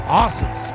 awesome